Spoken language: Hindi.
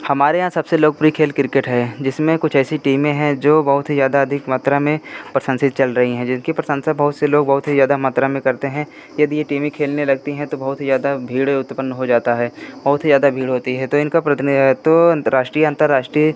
हमारे यहाँ सबसे लोकप्रिय खेल किरकेट है जिसमें कुछ ऐसी टीमें हैं जो बहुत ही ज़्यादा अधिक मात्रा में प्रशंसित चल रही है जिनकी प्रशंसा बहुत से लोग बहुत ही ज़्यादा मात्रा में करते हैं यदि यह टीमें खेलने लगती हैं तो बहुत ही ज़्यादा भीड़ उत्पन्न हो जाता है बहुत ही ज़्यादा भीड़ होती है तो इनका प्रतिनिधित्व तो राष्ट्रीय अंतरराष्ट्रीय